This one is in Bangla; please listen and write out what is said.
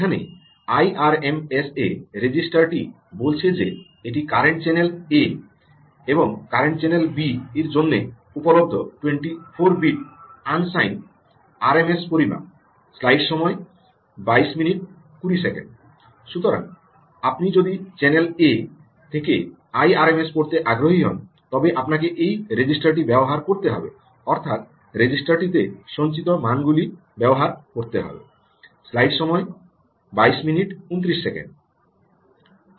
এখানে আইআরএমএসেরএ রেজিস্টারটি বলছে যে এটি কারেন্ট চ্যানেল এ এবং কারেন্ট চ্যানেল চ্যানেল বি এর জন্য উপলব্ধ 24 বিট আনসাইনড আরএমএস পরিমাপ সঞ্চিত মানগুলি ব্যবহার করতে হবে